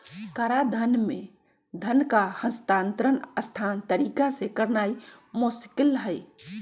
कराधान में धन का हस्तांतरण असान तरीका से करनाइ मोस्किल हइ